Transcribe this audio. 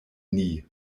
nie